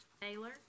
Taylor